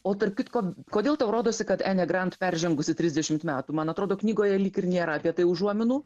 o tarp kitko kodėl tau rodosi kad enė grant peržengusi trisdešimt metų man atrodo knygoje lyg ir nėra apie tai užuominų